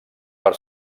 per